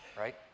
right